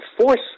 force